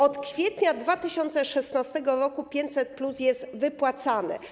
Od kwietnia 2016 r. 500+ jest wypłacane.